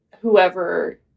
whoever